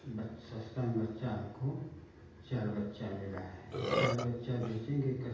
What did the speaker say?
बच सस्ते में बच्चा हमको चार बच्चे मिले हैं अब चार बच्चे बेचेंगे कस्स